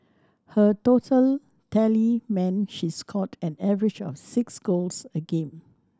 her total tally meant she scored an average of six goals a game